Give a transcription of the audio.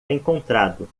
encontrado